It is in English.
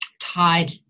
tied